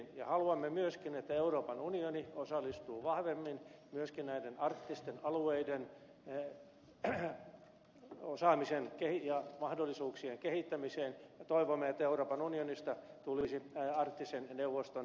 ja haluamme myöskin että euroopan unioni osallistuu vahvemmin myöskin näiden arktisten alueiden osaamisen ja mahdollisuuksien kehittämiseen ja toivomme että euroopan unionista tulisi arktisen neuvoston tarkkailijajäsen